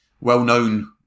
well-known